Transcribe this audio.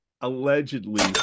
Allegedly